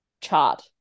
chart